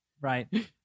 Right